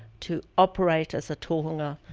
to operate as a tohunga,